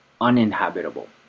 uninhabitable